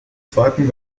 zweiten